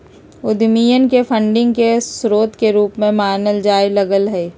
उद्यमियन के फंडिंग के स्रोत के रूप में मानल जाय लग लय